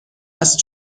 است